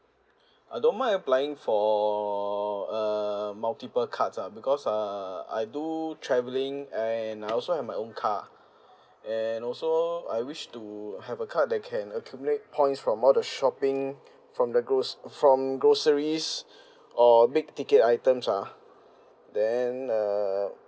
I don't mind applying for err multiple cards ah because err I do travelling and I also have my own car and also I wish to have a card that can accumulate points from all the shopping from the groc~ from groceries or big ticket items ah then err